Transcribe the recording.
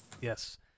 Yes